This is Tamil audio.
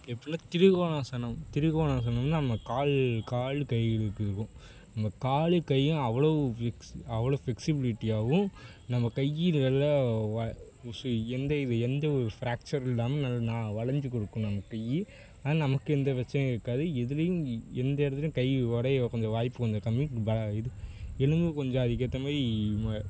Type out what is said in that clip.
எப்புடின்னா திரிகோணாசனம் திரிகோணாசனம்னால் நம்ம கால் கால் கைகளுக்கு இருக்கும் நம்ம காலையும் கையையும் அவ்வளோ ஃபிக்ஸ் அவ்வளோ ஃப்ளக்சிபிலிட்டியாகவும் நம்ம கை இது நல்லா வ சு எந்த இது எந்த ஒரு ஃப்ராக்ச்சரும் இல்லாமல் நல் நா வளைஞ்சி கொடுக்கும் நம்ம கை அதனால நமக்கு எந்த பிரச்சனையும் இருக்காது எதுலேயும் எந்த இடத்துலையும் கை உடைய கொஞ்சம் வாய்ப்பு கொஞ்சம் கம்மி இப்போ ப இது எலும்பும் கொஞ்சம் அதுக்கேற்ற மாதிரி மு